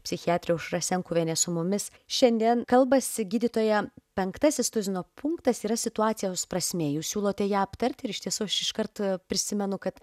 psichiatrė aušra senkuvienė su mumis šiandien kalbasi gydytoja penktasis tuzino punktas yra situacijos prasmė jūs siūlote ją aptarti ir iš tiesų aš iš karto prisimenu kad